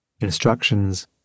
Instructions